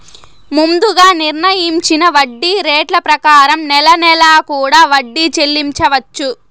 ముందుగా నిర్ణయించిన వడ్డీ రేట్ల ప్రకారం నెల నెలా కూడా వడ్డీ చెల్లించవచ్చు